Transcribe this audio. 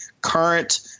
current